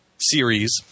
series